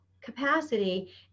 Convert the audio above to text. capacity